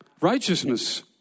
Righteousness